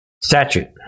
Statute